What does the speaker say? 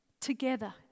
together